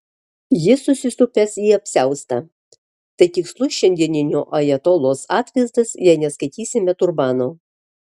jis susisupęs į apsiaustą tai tikslus šiandieninio ajatolos atvaizdas jei neskaitysime turbano